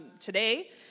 today